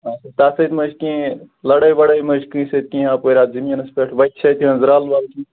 اَچھا تَتھ سٍتۍ ما چھُ کیٚنٛہہ لَڑٲے وَڑٲے ما چھِ کٲنٛسہِ سٍتۍ کیٚنٛہہ اپٲرۍ اَتھ زٔمیٖنَس پیٚٹھ وَتہِ چھِ اَتہِ درٛالہٕ والہٕ گی